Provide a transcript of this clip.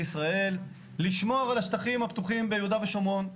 ישראל לשמור על השטחים הפתוחים ביהודה ושומרון,